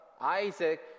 isaac